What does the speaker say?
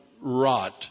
rot